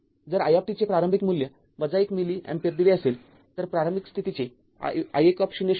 जर i चे प्रारंभिक मूल्य १ मिली अँपिअर दिले असेल तर प्रारंभिक स्थितीचे i१ शोधा